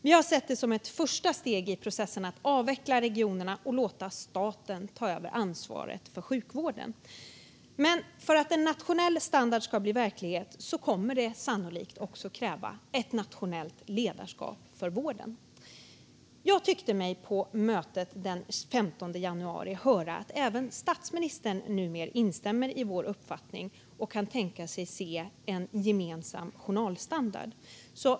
Vi har sett det som ett första steg i processen att avveckla regionerna och låta staten ta över ansvaret för sjukvården. Men för att en nationell standard ska bli verklighet kommer det sannolikt också krävas ett nationellt ledarskap för vården. På mötet den 15 januari tyckte jag mig höra att även statsministern numera instämmer i vår uppfattning och kan tänka sig en gemensam journalstandard.